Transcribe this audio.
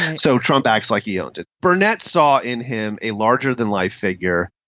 and so trump acts like he owns it. burnett saw in him a larger than life figure.